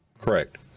Correct